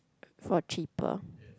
for cheaper